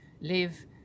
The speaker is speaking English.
live